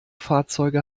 fahrzeuge